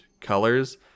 colors